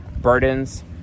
burdens